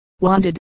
Wanted